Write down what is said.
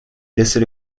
laisser